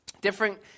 different